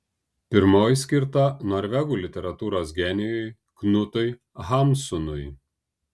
pirmoji skirta norvegų literatūros genijui knutui hamsunui